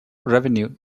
revenue